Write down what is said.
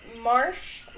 marsh